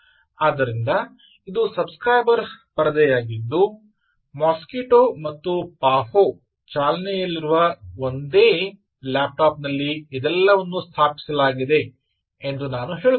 ಆದ್ದರಿಂದ ಇದು subscriber ಪರದೆಯಾಗಿದ್ದು ಮಾಸ್ಕಿಟೊ ಮತ್ತು ಪಾಹೋ ಚಾಲನೆಯಲ್ಲಿರುವ ಒಂದೇ ಲ್ಯಾಪ್ಟಾಪ್ ನಲ್ಲಿ ಇದೆಲ್ಲವನ್ನೂ ಸ್ಥಾಪಿಸಲಾಗಿದೆ ಎಂದು ನಾನು ಹೇಳುತ್ತೇನೆ